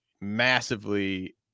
massively